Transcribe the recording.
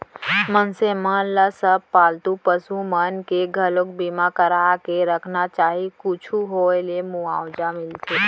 मनसे मन ल सब पालतू पसु मन के घलोक बीमा करा के रखना चाही कुछु होय ले मुवाजा मिलथे